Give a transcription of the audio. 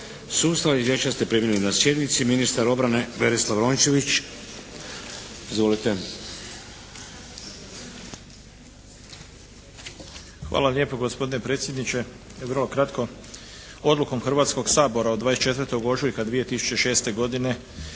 sustav. Izvješća ste primili na sjednici. Ministar obrane Berislav Rončević. Izvolite! **Rončević, Berislav (HDZ)** Hvala lijepo gospodine predsjedniče! Vrlo kratko. Odlukom Hrvatskog sabora od 24. ožujka 2006. godine